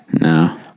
no